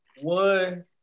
One